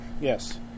Yes